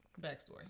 backstory